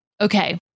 Okay